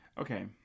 Okay